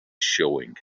showing